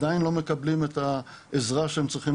הם עדיין לא מקבלים את העזרה שהם צריכים